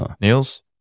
Niels